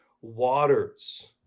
waters